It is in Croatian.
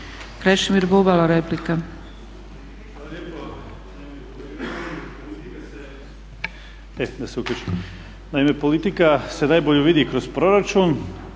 Krešimir Bubalo, replika.